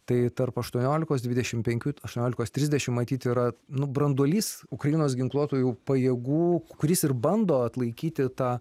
tai tarp aštuoniolikos dvidešim penkių aštuoniolikos trisdešim matyt yra nu branduolys ukrainos ginkluotųjų pajėgų kuris ir bando atlaikyti tą